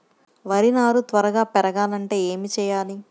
వరి నారు త్వరగా పెరగాలంటే ఏమి చెయ్యాలి?